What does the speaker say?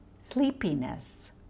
sleepiness